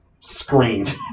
screamed